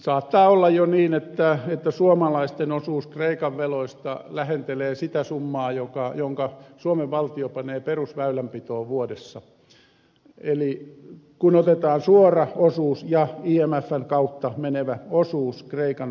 saattaa olla jo niin että suomalaisten osuus kreikan veloista lähentelee sitä summaa jonka suomen valtio panee perusväylänpitoon vuodessa kun otetaan suora osuus ja imfn kautta menevä osuus kreikan velkoihin